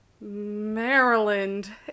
Maryland